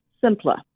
simpler